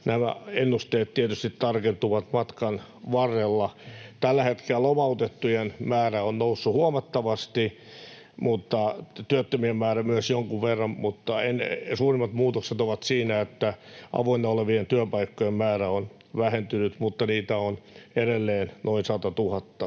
Nämä ennusteet tietysti tarkentuvat matkan varrella. Tällä hetkellä lomautettujen määrä on noussut huomattavasti, myös työttömien määrä jonkun verran, mutta suurimmat muutokset ovat siinä, että avoinna olevien työpaikkojen määrä on vähentynyt — mutta edelleen niitä on noin 100 000.